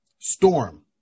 Storm